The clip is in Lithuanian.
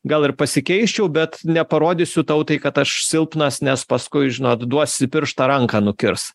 gal ir pasikeisčiau bet neparodysiu tautai kad aš silpnas nes paskui žinot duosi pirštą ranką nukirs